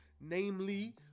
namely